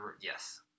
Yes